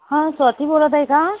हं स्वाती बोलत आहे का